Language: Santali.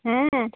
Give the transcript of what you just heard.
ᱦᱮᱸ